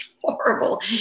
horrible